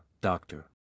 Doctor